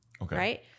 right